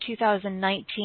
2019